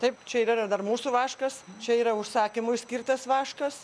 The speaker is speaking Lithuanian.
taip čia ir yra dar mūsų vaškas čia yra užsakymui skirtas vaškas